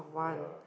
yeah